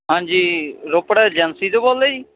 ਹਾਂਜੀ ਰੋਪੜ ਏਜੰਸੀ 'ਚੋਂ ਬੋਲਦੇ ਜੀ